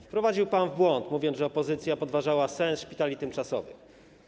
Wprowadził pan w błąd, mówiąc, że opozycja podważała sens szpitali tymczasowych.